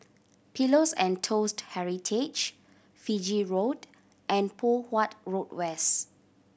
Pillows and Toast Heritage Fiji Road and Poh Huat Road West